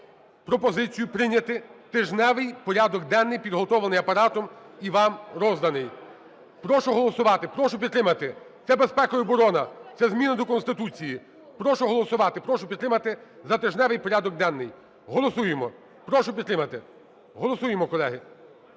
Прошу голосувати, прошу підтримати – це безпека і оборона, це зміни до Конституції. Прошу голосувати, прошу підтримати за тижневий порядок денний. Голосуємо, прошу підтримати. Голосуємо, колеги.